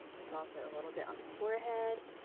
it's also a little bit on the forehead.